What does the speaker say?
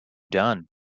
done